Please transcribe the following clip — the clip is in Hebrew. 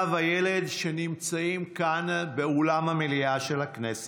ילדה וילד שנמצאים כאן באולם המליאה של הכנסת.